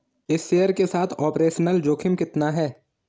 इस शेयर के साथ ऑपरेशनल जोखिम कितना है?